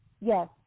yes